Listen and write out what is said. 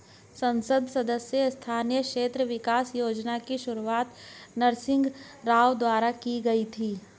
संसद सदस्य स्थानीय क्षेत्र विकास योजना की शुरुआत नरसिंह राव द्वारा की गई थी